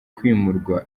kwimurwa